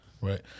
Right